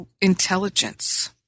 intelligence